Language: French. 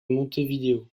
montevideo